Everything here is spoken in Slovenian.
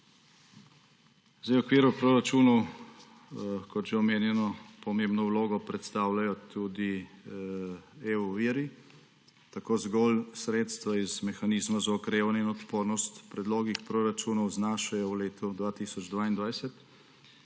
V okviru proračunov, kot že omenjeno, pomembno vlogo predstavljajo tudi viri EU. Tako zgolj sredstva iz mehanizma za okrevanje in odpornost k predlogi proračunov znašajo v letu 2022